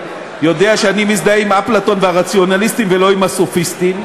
יודע שאני מזדהה עם אפלטון והרציונליסטים ולא עם הסופיסטים.